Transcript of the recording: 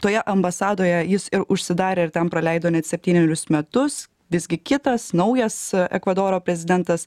toje ambasadoje jis ir užsidarė ir ten praleido net septynerius metus visgi kitas naujas ekvadoro prezidentas